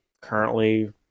currently